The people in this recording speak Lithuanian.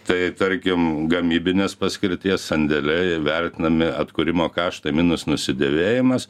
tai tarkim gamybinės paskirties sandėliai vertinami atkūrimo kaštai minus nusidėvėjimas